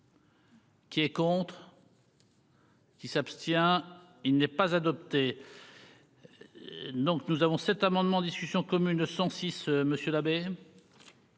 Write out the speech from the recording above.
Qui est pour. Qui s'abstient. Il n'est pas adopté. Donc nous avons cet amendement en discussion commune 106 monsieur